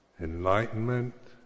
Enlightenment